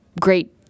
great